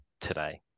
today